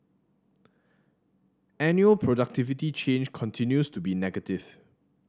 annual productivity change continues to be negative